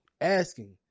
asking